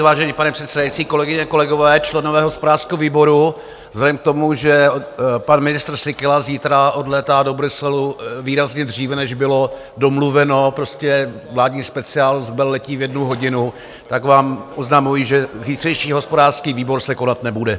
Vážený pane předsedající, kolegyně, kolegové, členové hospodářského výboru, vzhledem k tomu, že pan ministr Síkela zítra odlétá do Bruselu výrazně dříve, než bylo domluveno, prostě vládní speciál ze Kbel letí v jednu hodinu, tak vám oznamuji, že zítřejší hospodářský výbor se konat nebude.